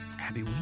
Abby